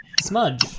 Smudge